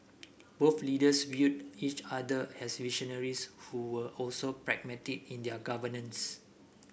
both leaders viewed each other as visionaries who were also pragmatic in their governance